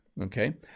okay